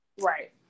Right